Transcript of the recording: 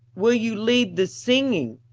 will you lead the singing?